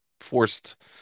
forced